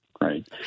right